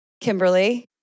Kimberly